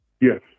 Yes